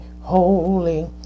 holy